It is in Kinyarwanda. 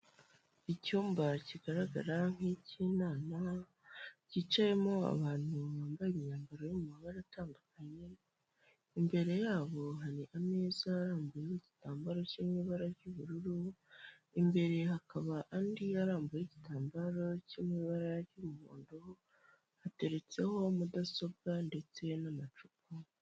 Icyumba kigaragara nk'icy'inama kicayemo abantu bambaye imyambaro y'amabara atandukanye, imbere yabo hari ameza arambuye n'igitambaro kiri mu ibara ry'ubururu, imbere hakaba andi arambuye igitambaro cyo mu ibara ry'umuhondo hateretseho mudasobwa ndetse n'amacupa.